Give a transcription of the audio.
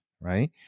right